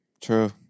True